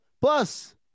Plus